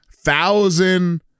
thousand